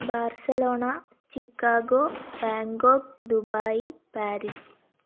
Barcelona Chicago Bangkok Dubai Paris